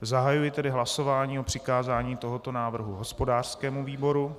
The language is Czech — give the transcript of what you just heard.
Zahajuji tedy hlasování (číslo 30) o přikázání tohoto návrhu hospodářskému výboru.